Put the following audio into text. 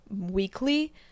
weekly